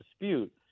dispute